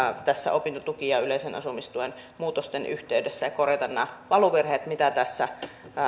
tässä opintotuki ja yleisen asumistuen muutosten yhteydessä niin korjataan nämä valuvirheet mitä tässä